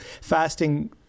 fasting